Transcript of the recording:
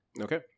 Okay